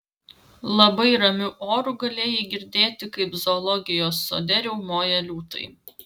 labai ramiu oru galėjai girdėti kaip zoologijos sode riaumoja liūtai